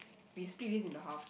we split this into half